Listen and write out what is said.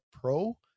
pro